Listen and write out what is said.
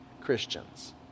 Christians